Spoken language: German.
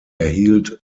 erhielt